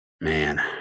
man